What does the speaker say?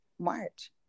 March